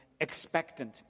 expectant